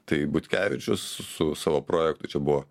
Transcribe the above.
tai butkevičius su savo projektu čia buvo